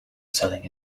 selling